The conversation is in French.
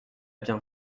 bien